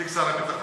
תיק שר הביטחון,